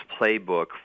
playbook